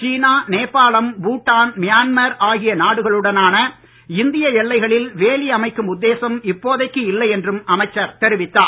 சீனாநேபாளம் பூட்டான்மியான்மார் ஆகிய நாடுகளுடனான இந்திய எல்லைகளில் வேலி அமைக்கும் உத்தேசம் இப்போதைக்கு இல்லை என்றும் அமைச்சர் தெரிவித்தார்